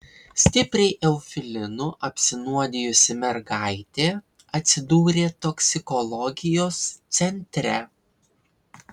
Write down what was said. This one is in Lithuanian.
stipriai eufilinu apsinuodijusi mergaitė atsidūrė toksikologijos centre